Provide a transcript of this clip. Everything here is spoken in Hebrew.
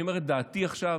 אני אומר את דעתי עכשיו.